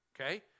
Okay